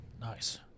Nice